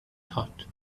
thought